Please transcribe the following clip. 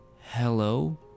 Hello